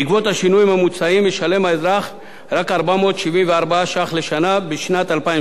בעקבות השינויים המוצעים ישלם האזרח רק 474 ש"ח לשנה בשנת 2013